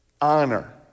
honor